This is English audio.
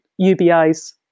UBIs